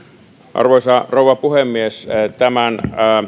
arvoisa rouva puhemies tämän